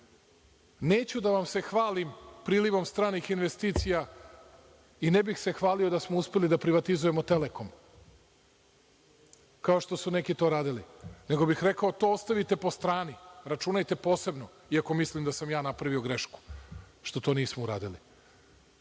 da vam se hvalim prilivom stranih investicija i ne bih se hvalio da smo uspeli da privatizujemo „Telekom“, kao što su neki to radili, nego bih rekao – to ostavite po strani, računajte posebno, iako mislim da sam ja napravio grešku što to nismo uradili. Neću